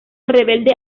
rebelde